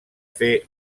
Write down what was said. fer